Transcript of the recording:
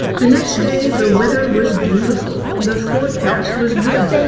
the next day, the weather was beautiful, the forecast was good.